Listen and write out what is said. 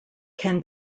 can